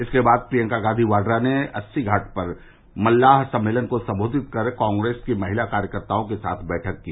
इसके बाद प्रियंका गांधी वाड्रा ने अस्सी घाट पर मल्लाह सम्मेलन को संबोधित कर कांग्रेस की महिला कार्यकर्ताओं के साथ बैठक की